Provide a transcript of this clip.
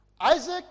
Isaac